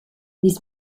this